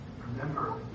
Remember